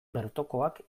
bertokoak